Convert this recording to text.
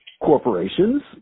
corporations